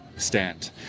Stand